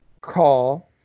call